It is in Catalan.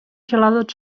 gelades